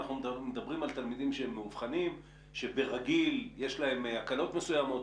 אנחנו מדברים על תלמידים מאובחנים שברגיל יש להם הקלות מסוימות,